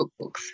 cookbooks